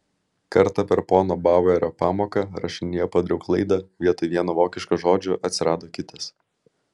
kartą per pono bauerio pamoką rašinyje padariau klaidą vietoj vieno vokiško žodžio atsirado kitas